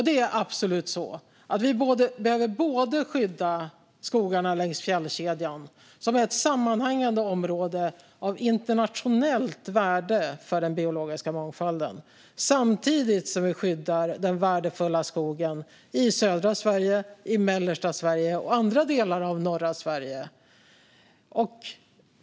Det är absolut så att vi behöver skydda skogarna längs fjällkedjan, som är ett sammanhängande område av internationellt värde för den biologiska mångfalden, samtidigt som vi skyddar den värdefulla skogen i södra Sverige, i mellersta Sverige och i andra delar av norra Sverige.